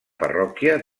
parròquia